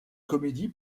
comédie